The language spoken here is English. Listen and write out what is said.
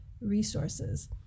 resources